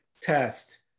test